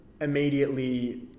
immediately